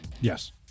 Yes